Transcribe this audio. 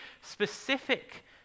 specific